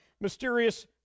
mysterious